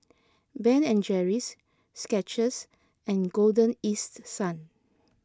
Ben at Jerry's Skechers and Golden East Sun